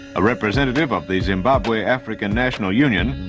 a representative of the zimbabwe african national union,